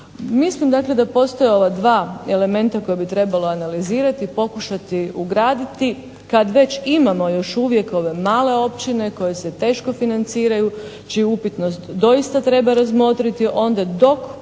Mislim, dakle da postoje ova dva elementa koja bi trebalo analizirati, pokušati ugraditi kad već imamo još uvijek ove male općine koje se teško financiraju, čiju upitnost doista treba razmotriti. Onda dok